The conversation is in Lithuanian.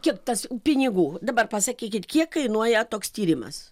kiek tas pinigų dabar pasakykit kiek kainuoja toks tyrimas